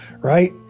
right